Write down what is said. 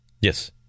Yes